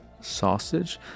sausage